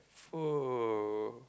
oh